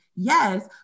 Yes